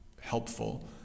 helpful